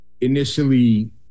initially